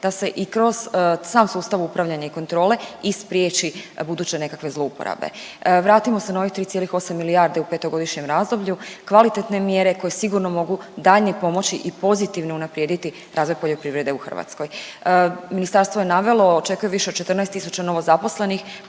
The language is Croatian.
da se i kroz sam sustav upravljanja i kontrole i spriječi buduće nekakve zlouporabe. Vratimo se na ovih 3,8 milijardi u petogodišnjem razdoblju. Kvalitetne mjere koje sigurno mogu daljnje pomoći i pozitivno unaprijediti razvoj poljoprivrede u Hrvatskoj. Ministarstvo je navelo više od 14 tisuća novozaposlenih